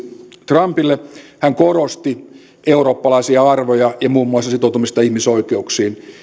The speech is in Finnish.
trumpille hän korosti eurooppalaisia arvoja ja muun muassa sitoutumista ihmisoikeuksiin